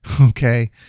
Okay